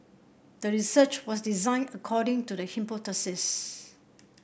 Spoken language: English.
the research was designed according to the hypothesis